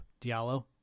Diallo